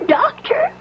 doctor